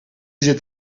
zit